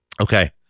Okay